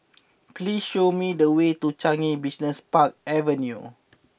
please show me the way to Changi Business Park Avenue